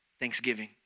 Thanksgiving